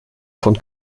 von